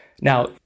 Now